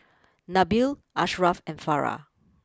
Nabil Ashraff and Farah